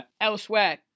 Elsewhere